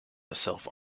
herself